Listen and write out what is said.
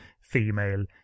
female